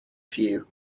few